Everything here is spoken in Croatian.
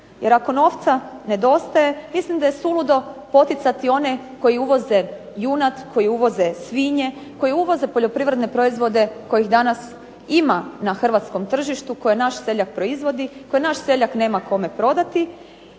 jer ako novca nedostaje mislim da je suludo poticati one koji uvoze junad, koji uvoze svinje, koji uvoze poljoprivredne proizvode kojih danas ima na tržištu koje naš seljak proizvodi, koje naš seljak nema kome prodati